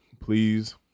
please